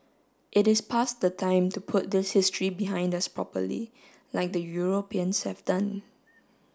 it is past the time to put this history behind us properly like the Europeans have done